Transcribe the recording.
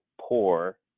poor